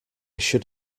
should